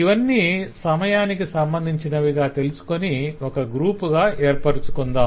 ఇవన్నీ సమయానికి సంబంధించినవిగా తెలుసుకొని ఒక గ్రూప్ గా ఏర్పరచుకొందాం